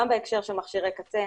גם בהקשר של מכשירי קצה,